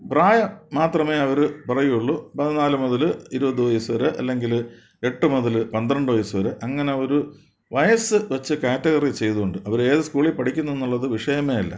പ്രായം മാത്രമേ അവർ പറയുകയുള്ളൂ പതിനാല് മുതൽ ഇരുപത് വയസ്സുവരെ അല്ലെങ്കിൽ എട്ടു മുതൽ പന്ത്രണ്ട് വയസ്സുവരെ അങ്ങനെയൊരു വയസ്സ് വെച്ച് കാറ്റഗറി ചെയ്തു കൊണ്ട് അവരേത് സ്കൂളിൽ പഠിക്കുന്നെന്നുള്ളത് വിഷയമേയല്ല